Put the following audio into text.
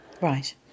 Right